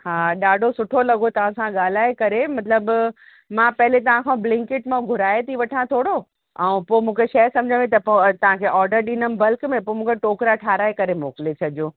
हा ॾाढो सुठो लॻो तव्हां सां ॻालाए करे मतलबु मां पहिले तव्हां खां बिलंकइट मां घुराए थी वठां थोरो ऐं पोइ मूंखे शइ समुझ में त पोइ वरी तव्हांखे ऑडर ॾींदमि बल्क में पोइ मूंखे टोकरा ठाहिराए करे मोकिले छॾिजो